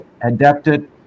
adapted